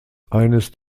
eines